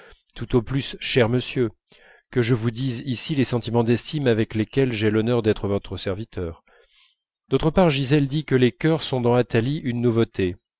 tout au plus cher monsieur que je vous dise ici les sentiments d'estime avec lesquels j'ai l'honneur d'être votre serviteur d'autre part gisèle dit que les chœurs sont dans athalie une nouveauté